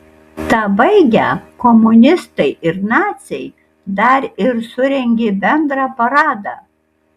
tą baigę komunistai ir naciai dar ir surengė bendrą paradą